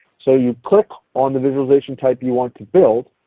so you click on the visualization type you want to build.